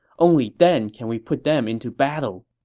only then can we put them into battle.